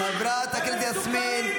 יא מסוכנים --- חברת הכנסת יסמין.